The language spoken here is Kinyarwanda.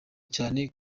cyane